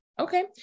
Okay